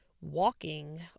walking